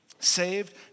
saved